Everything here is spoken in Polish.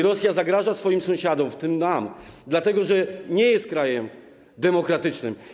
Rosja zagraża swoim sąsiadom, w tym nam, dlatego że nie jest krajem demokratycznym.